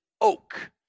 Oak